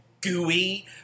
gooey